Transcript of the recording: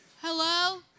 Hello